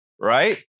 right